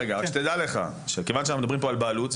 שתדע לך שכיוון שאנחנו מדברים פה על בעלות,